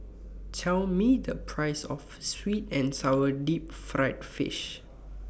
Tell Me The Price of Sweet and Sour Deep Fried Fish